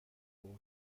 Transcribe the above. برد